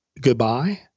goodbye